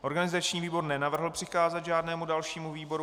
Organizační výbor nenavrhl přikázat žádnému dalšímu výboru.